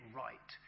right